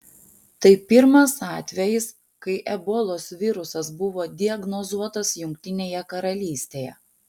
tai pirmas atvejis kai ebolos virusas buvo diagnozuotas jungtinėje karalystėje